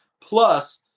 Plus